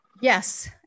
Yes